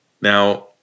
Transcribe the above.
Now